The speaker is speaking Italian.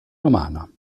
romana